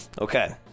Okay